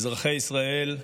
אזרחי ישראל,